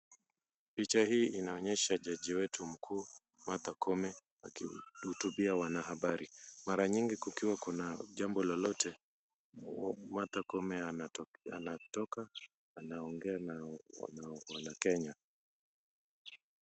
Picha hii inaonyesha jaji wetu mkuu, Martha Koome, akihutubia wanahabari. Mara nyingi kukiwa kuna jambo lolote, Martha Koome anatoka anaongea na wana Kenya.